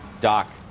Doc